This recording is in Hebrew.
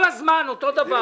כל הזמן אותו דבר.